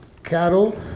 cattle